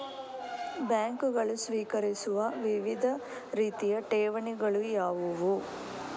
ಬ್ಯಾಂಕುಗಳು ಸ್ವೀಕರಿಸುವ ವಿವಿಧ ರೀತಿಯ ಠೇವಣಿಗಳು ಯಾವುವು?